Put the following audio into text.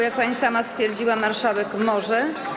Jak pani sama stwierdziła, marszałek może.